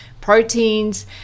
proteins